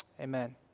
Amen